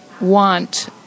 want